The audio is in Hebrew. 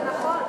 זה נכון.